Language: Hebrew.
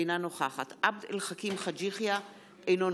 אינה נוכחת עבד אל חכים חאג' יחיא,